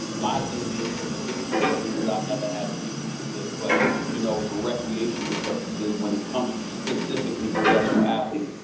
my thing is, for medicinal purposes i've never had an issue with it, but you know for recreational purposes when it comes to specifically professional professional athletes,